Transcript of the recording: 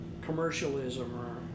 commercialism